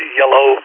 yellow